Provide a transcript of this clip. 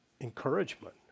encouragement